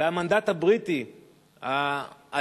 והמנדט הבריטי האדיש,